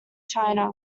china